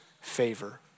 favor